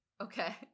Okay